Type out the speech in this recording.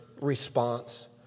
response